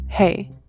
Hey